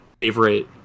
favorite